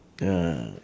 ah